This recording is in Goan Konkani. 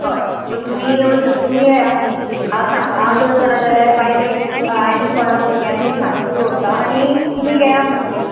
हय सो तुमी येव शक तुमी येयात हाव सांग हांव जर ना जाल्यार बायलेक आनी कोणांक भुरग्यांक बी सांगून दवरता आनी तुमी घेया मागीर